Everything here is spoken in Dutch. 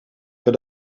per